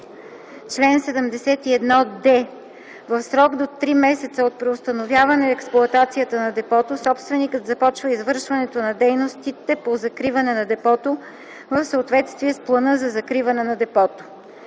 Чл. 71д. В срок до три месеца от преустановяване експлоатацията на депото собственикът започва извършването на дейностите по закриване на депото в съответствие с плана за закриване на депото.